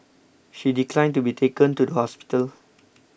she declined to be taken to the hospital